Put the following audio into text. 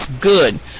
good